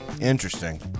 Interesting